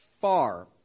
far